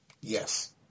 Yes